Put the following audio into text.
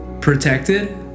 protected